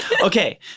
Okay